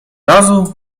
razu